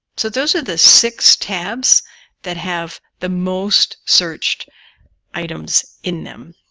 so those are the six tabs that have the most searched items in them.